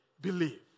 believe